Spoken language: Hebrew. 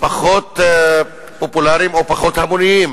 פחות פופולריים, או פחות המוניים.